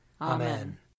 Amen